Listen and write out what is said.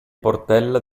portella